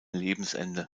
lebensende